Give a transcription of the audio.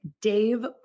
Dave